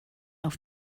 auf